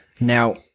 now